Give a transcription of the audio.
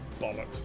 bollocks